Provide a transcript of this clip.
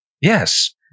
Yes